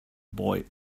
boy